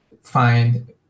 find